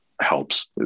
Helps